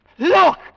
Look